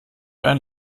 ein